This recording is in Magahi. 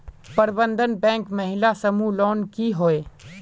प्रबंधन बैंक महिला समूह लोन की होय?